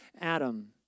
Adam